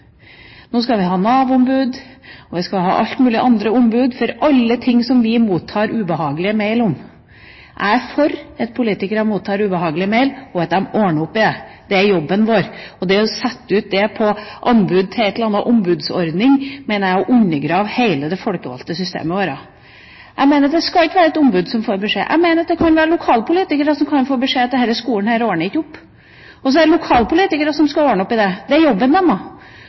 Nå skal vi ha Nav-ombud, og vi skal ha alle mulige andre ombud for alle ting som vi mottar ubehagelig mail om. Jeg er for at politikere mottar ubehagelig mail, og at vi ordner opp i det. Det er jobben vår. Det å sette ut det på anbud til en eller annen ombudsordning, mener jeg er å undergrave hele vårt folkevalgte system. Jeg mener at det ikke skal være et ombud som får beskjed. Jeg mener at lokalpolitikere kan få beskjed om at denne skolen ikke ordner opp. Så er det lokalpolitikere som skal ordne opp, det er deres jobb som folkevalgte å gjøre det. Det